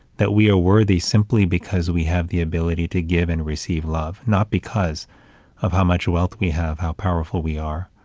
that we are worthy simply because we have the ability to give and receive love, not because of how much wealth we have, how powerful we are,